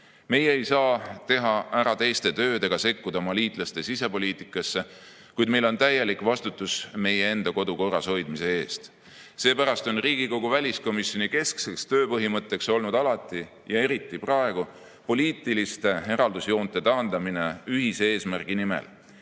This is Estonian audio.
Meie ei saa teha ära teiste tööd ega sekkuda oma liitlaste sisepoliitikasse, kuid meil on täielik vastutus meie enda kodu korras hoidmise eest. Seepärast on Riigikogu väliskomisjoni keskne tööpõhimõte olnud alati – ja eriti on praegu – poliitiliste eraldusjoonte taandamine ühise eesmärgi nimel.